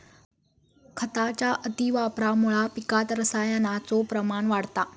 खताच्या अतिवापरामुळा पिकात रसायनाचो प्रमाण वाढता